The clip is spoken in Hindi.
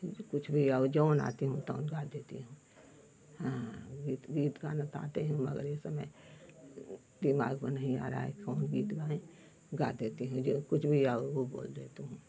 जो कुछ भी और जऊन आती हूँ तऊन गा देती हूँ हाँ गीत गीत गाना तो आते हैं मगर इस समय दिमाग में नहीं आ रहा है कौन गीत गाऍं गा देती हूँ जो कुछ भी या ऊ बोले तुम